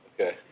Okay